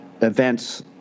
Events